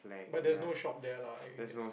but there's no shop there lah I guess